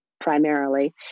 primarily